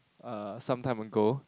uh sometime ago